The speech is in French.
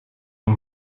son